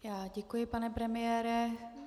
Já děkuji, pane premiére.